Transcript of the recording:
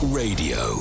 radio